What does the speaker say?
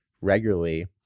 regularly